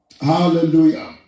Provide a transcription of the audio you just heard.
Hallelujah